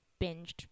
binged